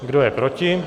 Kdo je proti?